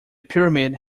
pyramid